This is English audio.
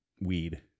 weed